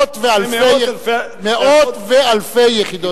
מאות ואלפי יחידות,